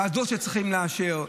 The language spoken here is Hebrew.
ועדות שצריכים לאשר,